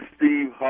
Steve